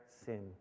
sin